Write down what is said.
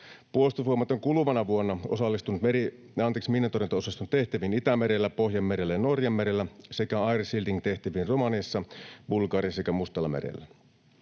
Puolustusvoimat on kuluvana vuonna osallistunut miinantorjuntaosaston tehtäviin Itämerellä, Pohjanmerellä ja Norjanmerellä sekä air shielding ‑tehtäviin Romaniassa, Bulgariassa ja Mustallamerellä.